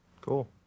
cool